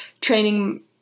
training